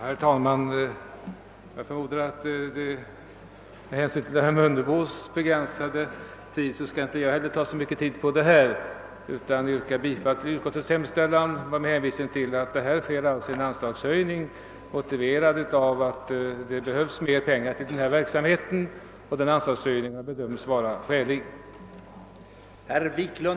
Herr talman! Med hänsyn till att herr Mundebo begränsade tiden för sitt anförande, skall inte heller jag ta så mycken tid i anspråk, utan ber att få yrka bifall till utskottets hemställan med hänvisning till att den anslagshöjning som sker till denna verksamhet bedömts vara skälig med hänsyn till föreliggande behov.